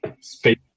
space